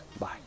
bye